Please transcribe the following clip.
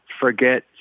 forget